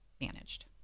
managed